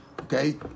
Okay